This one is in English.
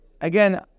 again